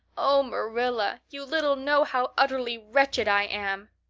oh, marilla, you little know how utterly wretched i am.